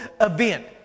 event